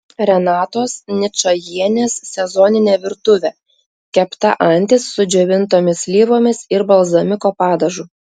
renatos ničajienės sezoninė virtuvė kepta antis su džiovintomis slyvomis ir balzamiko padažu